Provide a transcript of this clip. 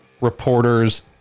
reporters